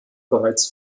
bereits